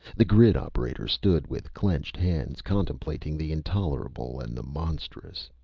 the grid operator stood with clenched hands, contemplating the intolerable and the monstrous.